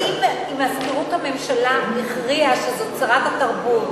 אם מזכירות הממשלה הכריעה שזאת שרת התרבות